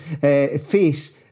face